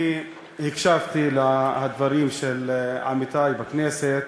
אני הקשבתי לדברים של עמיתי בכנסת,